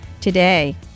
today